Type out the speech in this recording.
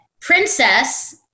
princess